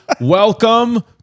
Welcome